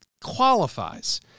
qualifies